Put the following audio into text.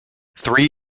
three